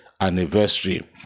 anniversary